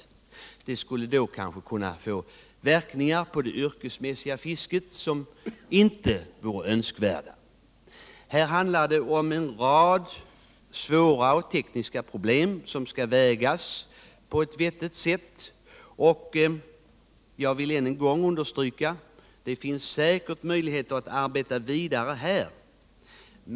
Bidraget skulle kanske kunna få verkningar på det yrkesmässiga fisket som inte vore önskvärda. Det handlar här om cen rad svåra och tekniska problem som skall vägas mot varandra på et vettigt sätt. och jag vill än en gång understryka att det säkert finns möjligheter att arbeta vidare med dessa.